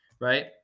Right